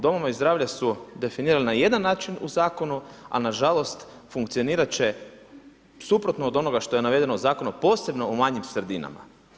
Domovi zdravlja su definirani na jedan način u zakonu, a nažalost funkcionirat će suprotno od onoga što je navedeno u Zakonu, posebno u manjim sredinama.